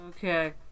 Okay